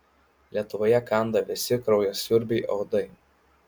lietuvoje kanda visi kraujasiurbiai uodai